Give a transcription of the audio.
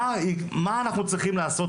מה אנחנו צריכים לעשות,